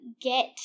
get